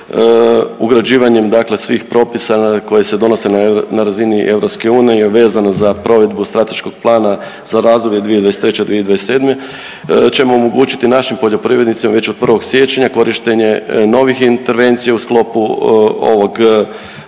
ugrađivanjem, dakle svih propisa koji se donose na razini EU vezano za provedbu strateškog plana za razdoblje 2023./2027. ćemo omogućiti našim poljoprivrednicima već od 1. siječnja korištenje novih intervencija u sklopu ovog strateškog